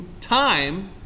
time